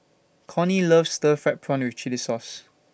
Cornie loves Stir Fried Prawn with Chili Sauce